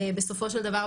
בסופו של דבר,